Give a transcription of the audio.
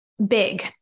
big